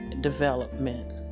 Development